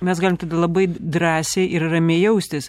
mes galim tada labai drąsiai ir ramiai jaustis